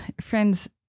Friends